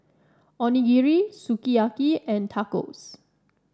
Onigiri Sukiyaki and Tacos